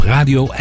Radio